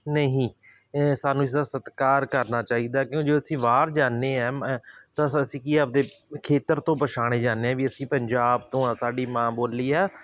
ਨਹੀਂ ਇਹ ਸਾਨੂੰ ਇਸਦਾ ਸਤਿਕਾਰ ਕਰਨਾ ਚਾਹੀਦਾ ਕਿਉਂ ਜੋ ਅਸੀਂ ਬਾਹਰ ਜਾਂਦੇ ਹਾਂ ਤਾਂ ਅਸ ਅਸੀਂ ਕੀ ਆਪਦੇ ਖੇਤਰ ਤੋਂ ਪਛਾਣੇ ਜਾਂਦੇ ਹਾਂ ਵੀ ਅਸੀਂ ਪੰਜਾਬ ਤੋਂ ਹਾਂ ਸਾਡੀ ਮਾਂ ਬੋਲੀ ਆ